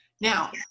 now